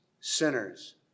sinners